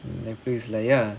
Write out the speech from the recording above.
Netflix lah ya